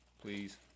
Please